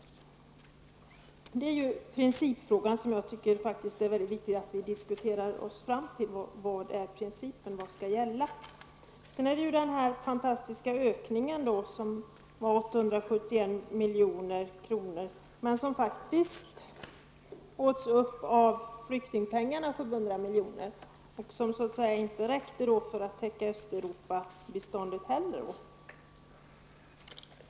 Lösningen på den principfrågan tycker jag det är viktigt att vi diskuterar oss fram till. Den fantastiska ökningen på 871 milj.kr. åts faktiskt upp av flyktingpengarna 700 milj.kr., och räckte inte för att täcka Östeuropabiståndet.